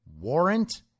warrant